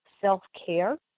self-care